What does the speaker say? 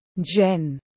Jen